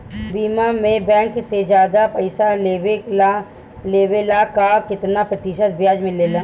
बीमा में बैंक से ज्यादा पइसा देवेला का कितना प्रतिशत ब्याज मिलेला?